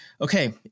okay